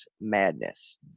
Madness